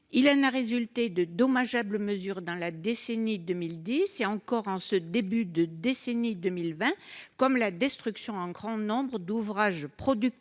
il en a résulté de dommageable mesure dans la décennie 2010 encore en ce début de décennie 2020, comme la destruction en grand nombres d'ouvrages producteur